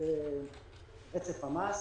מאוד ברצף המס.